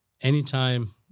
anytime